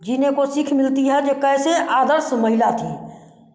जीने को सीख मिलती है जो कैसे आदर्श महिला थीं